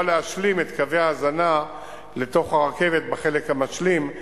להשלים את קווי ההזנה לתוך הרכבת בחלק המשלים,